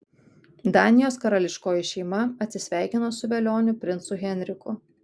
danijos karališkoji šeima atsisveikino su velioniu princu henriku